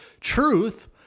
Truth